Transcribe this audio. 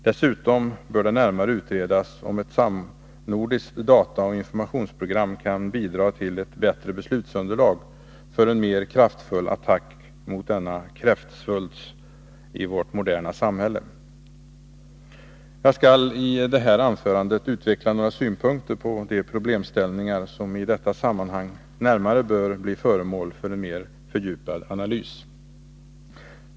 Dessutom bör det närmare utredas om ett samnordiskt dataoch informationsprogram kan bidra till ett bättre beslutsunderlag för en mer kraftfull attack mot denna kräftsvulst i vårt moderna samhälle. Jag skall i detta anförande utveckla några synpunkter på de problemställningar som i detta sammanhang närmare bör bli föremål för en mer fördjupad analys.